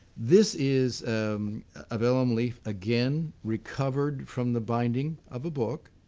this is a vellum leaf again recovered from the binding of a book,